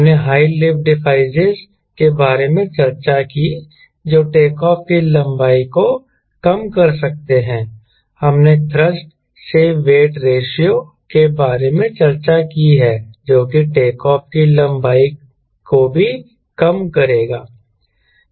हमने high lift devices के बारे में चर्चा की जो टेक ऑफ की लंबाई को कम कर सकते हैं हमने थ्रस्ट से वेट रेशों के बारे में चर्चा की है जो कि टेक ऑफ की लंबाई को भी कम करेगा